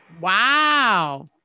Wow